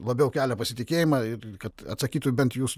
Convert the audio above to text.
labiau kelia pasitikėjimą ir kad atsakytų bent jūsų